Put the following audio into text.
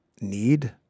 need